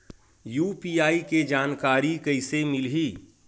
UPI के जानकारी कइसे मिलही?